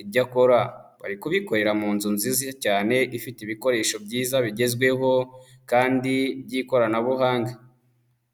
ibyo akora, ari kubikorera mu nzu nziza cyane ifite ibikoresho byiza bigezweho, kandi by'ikoranabuhanga.